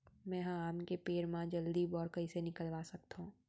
मैं ह आम के पेड़ मा जलदी बौर कइसे निकलवा सकथो?